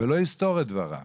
ולא יסתור את דבריו.